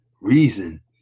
reason